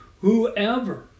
whoever